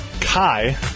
Kai